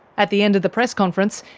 at the end of the press conference,